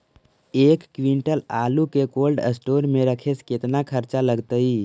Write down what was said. एक क्विंटल आलू के कोल्ड अस्टोर मे रखे मे केतना खरचा लगतइ?